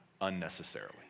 unnecessarily